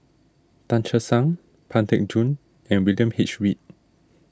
Tan Che Sang Pang Teck Joon and William H Read